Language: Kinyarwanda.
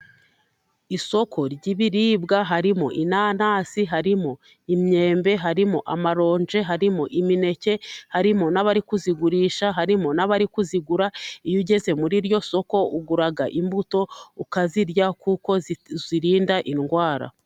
Isoko ry'ibiribwa harimo: inanasi harimo ,imyembe harimo amaronji, harimo imineke, harimo n'abari kuzigurisha, harimo n'abari kuzigura ,iyo ugeze muri iryo soko ugura imbuto ,ukazirya kuko zirinda indwara.